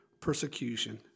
persecution